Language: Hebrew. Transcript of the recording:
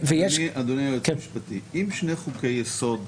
אדוני היועץ המשפטי, אם שני חוקי יסוד